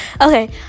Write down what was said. Okay